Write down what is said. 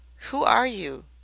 who are you?